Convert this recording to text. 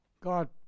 God